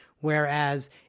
whereas